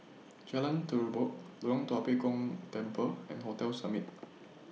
Jalan Terubok Loyang Tua Pek Kong Temple and Hotel Summit